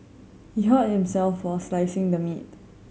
he hurt himself while slicing the meat